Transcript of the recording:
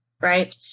right